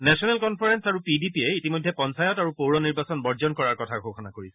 national Conference আৰু পি ডি পিয়ে ইতিমধ্যে পঞ্চায়ত আৰু পৌৰ নিৰ্বাচন বৰ্জন কৰাৰ কথা ঘোষণা কৰিছে